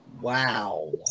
Wow